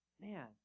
man